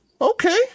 okay